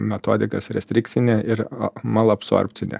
metodikas restrikcinę ir malabsorbcinę